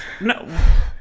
No